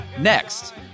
next